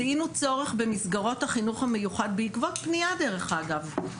זיהינו צורך במסגרות החינוך המיוחד בעקבות פנייה דרך אגב,